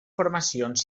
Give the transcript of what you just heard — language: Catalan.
formacions